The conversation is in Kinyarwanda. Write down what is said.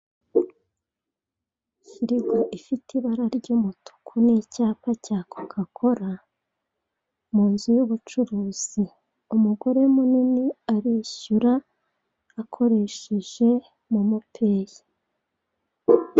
Firigo ifite ibara ry'umutuku nicyapa cya coca cola munzu yubucuruzi, umugore munini arishyura akoresheje momo payi.